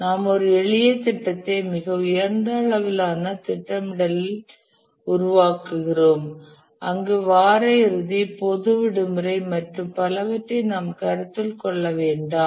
நாம் ஒரு எளிய திட்டத்தை மிக உயர்ந்த அளவிலான திட்டமிடலில் உருவாக்குகிறோம் அங்கு வார இறுதி பொது விடுமுறை மற்றும் பலவற்றை நாம் கருத்தில் கொள்ள வேண்டாம்